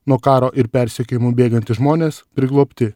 nuo karo ir persekiojimų bėgantys žmonės priglobti